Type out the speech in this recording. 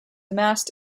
amassed